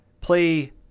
play